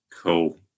cool